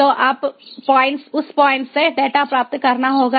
तो उस पॉइंट से डेटा प्राप्त करना होगा